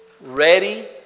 ready